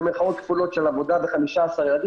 במרכאות כפולות של עבודה בחמישה ימים,